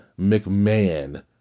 McMahon